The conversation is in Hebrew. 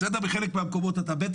בחלק מהמקומות אתה בהחלט